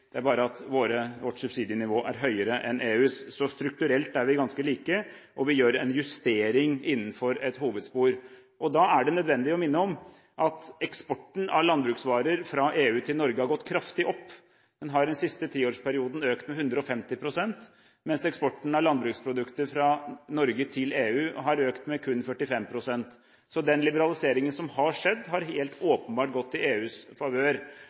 det er bare at vårt subsidienivå er høyere enn EUs. Så strukturelt er vi ganske like, og vi gjør en justering innenfor et hovedspor. Det er også nødvendig å minne om at eksporten av landbruksvarer fra EU til Norge har gått kraftig opp. Den har den siste tiårsperioden økt med 150 pst., mens eksporten av landbruksprodukter fra Norge til EU har økt med kun 45 pst. Så den liberaliseringen som har skjedd, har helt åpenbart gått i EUs favør.